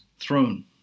throne